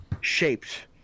shaped